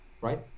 right